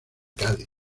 cádiz